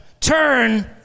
turn